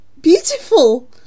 beautiful